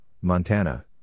Montana